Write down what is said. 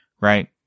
right